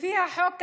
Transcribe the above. לפי החוק היום,